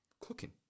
cooking